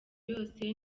yose